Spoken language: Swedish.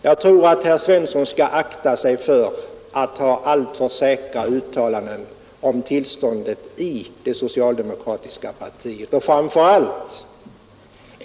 Jag tror att herr Svensson skall akta sig för att göra alltför säkra uttalanden om tillståndet i det socialdemokratiska partiet.